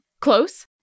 Close